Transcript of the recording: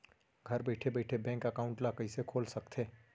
घर बइठे बइठे बैंक एकाउंट ल कइसे खोल सकथे?